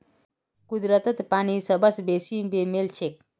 कुदरतत पानी सबस बेसी बेमेल छेक